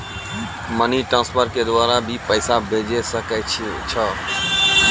Money transfer के द्वारा भी पैसा भेजै सकै छौ?